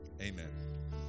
amen